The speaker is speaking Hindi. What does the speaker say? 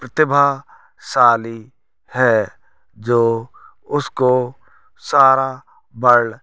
प्रतिभाशाली है जो उसको सारा वल्ड